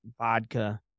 vodka